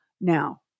now